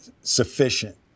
sufficient